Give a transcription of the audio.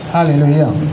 Hallelujah